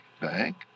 bank